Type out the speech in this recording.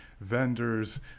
vendors